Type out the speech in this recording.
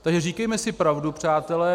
Takže říkejme si pravdu, přátelé.